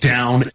Down